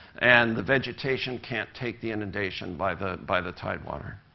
and the vegetation can't take the inundation by the by the tidewater.